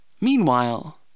Meanwhile